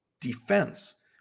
defense